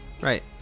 Right